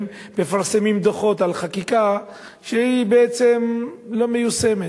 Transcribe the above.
מפרסמים דוחות על חקיקה שהיא בעצם לא מיושמת?